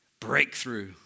Breakthrough